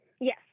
Yes